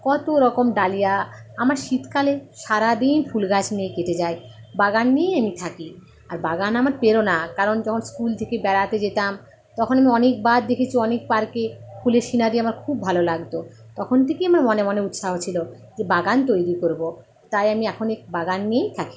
কতরকম ডালিয়া আমার শীতকালে সারাদিন ফুলগাছ নিয়ে কেটে যায় বাগান নিয়েই আমি থাকি আর বাগান আমার প্রেরণা কারণ যখন স্কুল থেকে বেড়াতে যেতাম তখন আমি অনেকবার দেখেছি অনেক পার্কে ফুলের সিনারি আমার খুব ভালো লাগত তখন থেকেই আমার মনে মনে উৎসাহ ছিলো যে বাগান তৈরি করব তাই আমি এখন এই বাগান নিয়েই থাকি